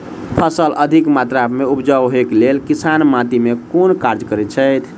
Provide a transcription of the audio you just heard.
फसल अधिक मात्रा मे उपजाउ होइक लेल किसान माटि मे केँ कुन कार्य करैत छैथ?